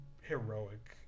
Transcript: heroic